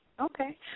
okay